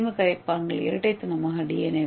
சில கரிம கரைப்பான்கள் இரட்டை தரமான டி